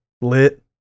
Lit